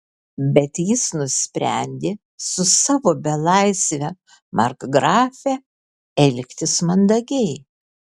bet jis nusprendė su savo belaisve markgrafe elgtis mandagiai